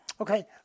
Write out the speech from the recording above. Okay